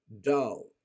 dull